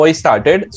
started